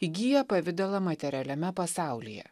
įgyja pavidalą materialiame pasaulyje